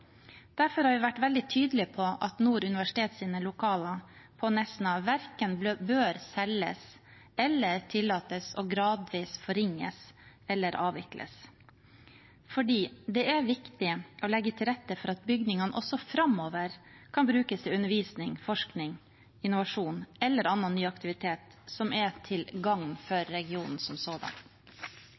Derfor har vi vært veldig tydelige på at Nord universitets lokaler på Nesna verken bør selges eller tillates gradvis å forringes eller avvikles, for det er viktig å legge til rette for at bygningene også framover kan brukes til undervisning, forskning, innovasjon eller annen ny aktivitet som er til gagn for regionen som sådan.